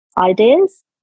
ideas